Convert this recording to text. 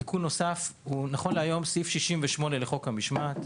תיקון נוסף הוא בסעיף 68 לחוק המשמעת.